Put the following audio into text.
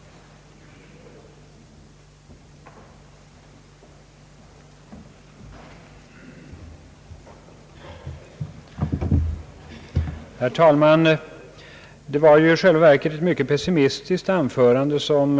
Vem som i det läget har ansvaret för fastlåsningen står väl ganska klart.